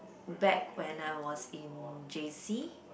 back when I was in J_C